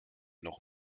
noch